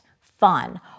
fun